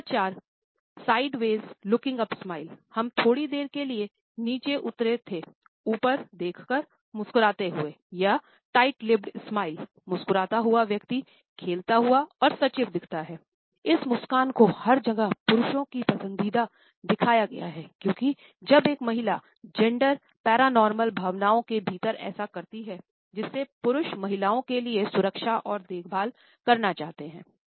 number चार sideways looking up smile भावनाओं के भीतर ऐसा करती है जिससे पुरुष महिलाओं के लिए सुरक्षा और देखभाल करना चाहते हैं